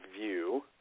view